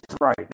right